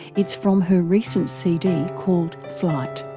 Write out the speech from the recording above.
it's from her recent cd, called flight.